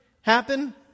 happen